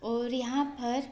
और यहाँ पर